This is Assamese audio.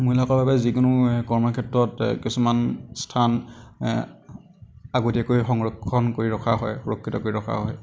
মহিলাসকলৰ বাবে যিকোনো কৰ্মক্ষেত্ৰত কিছুমান স্থান এ আগতীয়াকৈ সংৰক্ষণ কৰি ৰখা হয় সুৰক্ষিত কৰি ৰখা হয়